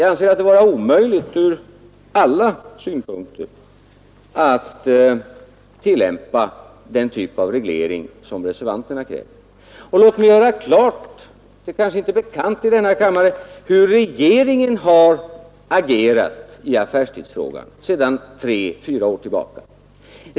Jag finner det också vara omöjligt ur alla synpunkter att tillämpa den typ av reglering som reservanterna kräver. Låt mig göra klart — det är kanske inte bekant i denna kammare — hur regeringen har agerat i affärstidsfrågan sedan tre å fyra år tillbaka.